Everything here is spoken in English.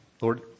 Lord